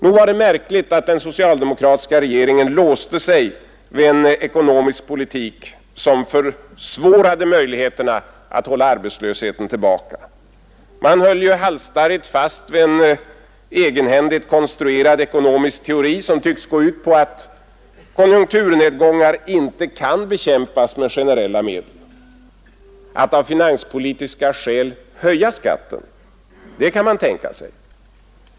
Nog var det märkligt att den socialdemokratiska regeringen tidigt låste sig vid en ekonomisk politik som försvårade möjligheterna att hålla arbetslösheten tillbaka. Man höll halsstarrigt fast vid en egenhändigt konstruerad ekonomisk teori som tycks gå ut på att konjunkturnedgångar inte kan bekämpas med generella medel. Att av finanspolitiska skäl höja skatten — det kan man tänka sig.